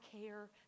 care